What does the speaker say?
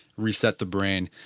reset the brain